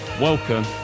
Welcome